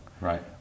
right